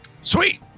sweet